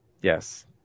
Yes